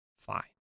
fine